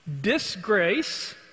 Disgrace